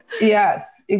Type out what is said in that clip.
Yes